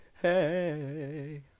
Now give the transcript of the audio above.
hey